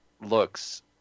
looks